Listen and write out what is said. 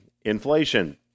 inflation